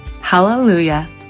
Hallelujah